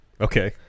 Okay